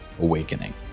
Awakening